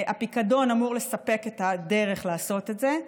והפיקדון אמור לספק את הדרך לעשות את זה.